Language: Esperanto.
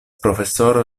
profesoro